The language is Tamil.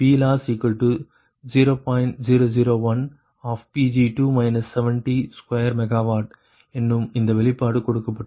001Pg2 702MW என்னும் இந்த வெளிப்பாடு கொடுக்கப்பட்டுள்ளது